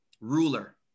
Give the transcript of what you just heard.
ruler